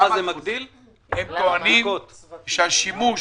הם טוענים שהשימוש